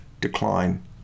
decline